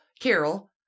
Carol